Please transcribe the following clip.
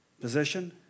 position